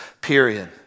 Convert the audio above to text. period